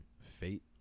fate